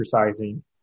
exercising